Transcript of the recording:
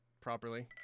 properly